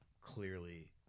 clearly